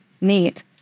Neat